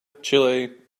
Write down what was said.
chile